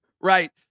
right